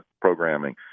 programming